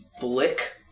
Blick